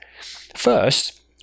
First